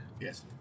Yes